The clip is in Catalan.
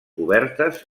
obertes